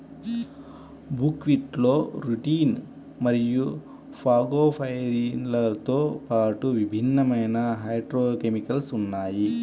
బుక్వీట్లో రుటిన్ మరియు ఫాగోపైరిన్లతో పాటుగా విభిన్నమైన ఫైటోకెమికల్స్ ఉన్నాయి